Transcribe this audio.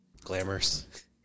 Glamorous